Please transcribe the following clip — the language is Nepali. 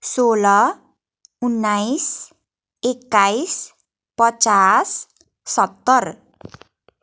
सोह्र उन्नाइस एक्काइस पचास सत्तर